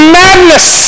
madness